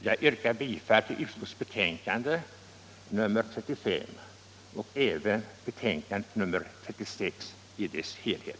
Jag yrkar bifall till vad utskottet hemställt i betänkandena 35 och 36.